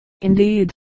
Indeed